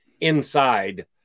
inside